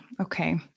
Okay